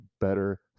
better